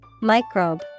Microbe